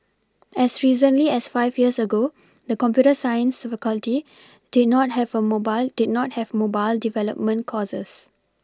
as recently as five years ago the computer science faculty did not have a mobile did not have mobile development courses